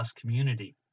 community